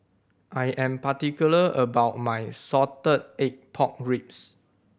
I am particular about my salted egg pork ribs